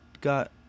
got